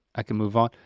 i can move on.